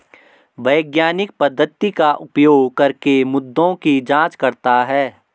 वैज्ञानिक पद्धति का उपयोग करके मुद्दों की जांच करता है